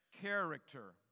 character